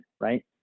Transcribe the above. right